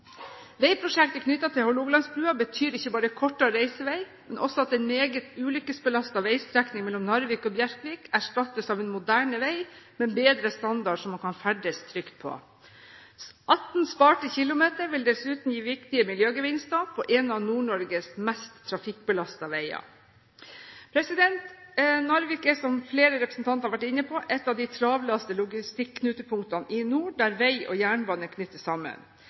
Veiprosjektet knyttet til Hålogalandsbrua betyr ikke bare kortere reisevei, men også at en meget ulykkesbelastet veistrekning mellom Narvik og Bjerkvik erstattes av en moderne vei med bedre standard som man kan ferdes trygt på. 18 km spart vil dessuten gi viktige miljøgevinster på en av Nord-Norges mest trafikkbelastede veier. Narvik er, som flere representanter har vært inne på, et av de travleste logistikknutepunktene i nord, der vei og jernbane knyttes sammen.